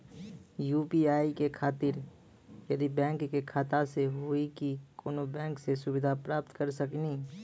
UPI के खातिर यही बैंक के खाता से हुई की कोनो बैंक से सुविधा प्राप्त करऽ सकनी?